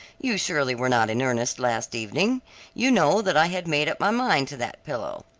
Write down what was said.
you surely were not in earnest last evening you know that i had made up my mind to that pillow.